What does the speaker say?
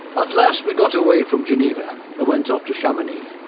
at last we got away from geneva and went off to chamonix.